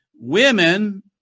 women